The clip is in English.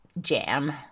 jam